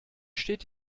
steht